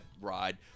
ride